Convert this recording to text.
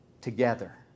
together